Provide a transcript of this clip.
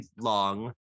long